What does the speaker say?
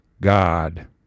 god